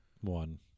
one